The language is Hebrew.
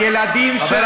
הילדים שלי,